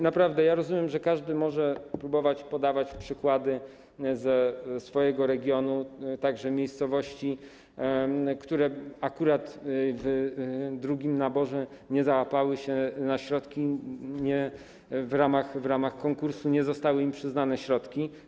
Naprawdę, ja rozumiem, że każdy może próbować podawać przykłady ze swojego regionu, także miejscowości, które akurat w drugim naborze nie załapały się na środki, w ramach konkursu nie zostały im przyznane środki.